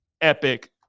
epic